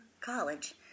college